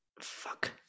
Fuck